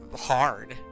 hard